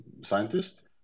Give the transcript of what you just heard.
scientist